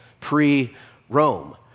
pre-Rome